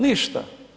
Ništa.